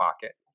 pocket